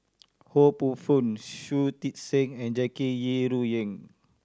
Ho Poh Fun Shui Tit Sing and Jackie Yi Ru Ying